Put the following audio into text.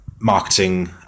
marketing